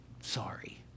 sorry